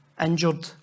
injured